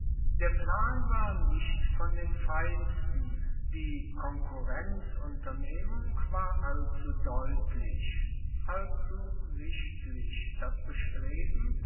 der plan war nicht von den feinsten die konkurrenzunternehmung war allzu deutlich allzu sichtlich das bestreben